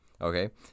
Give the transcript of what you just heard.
Okay